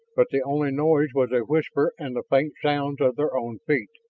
but the only noise was a whisper and the faint sounds of their own feet.